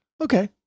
Okay